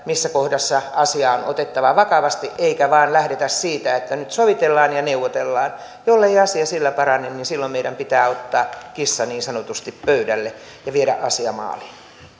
missä kohdassa asia on otettava vakavasti eikä vain lähteä siitä että nyt sovitellaan ja neuvotellaan jollei asia sillä parane niin silloin meidän pitää ottaa kissa niin sanotusti pöydälle ja viedä asia maaliin